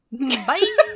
Bye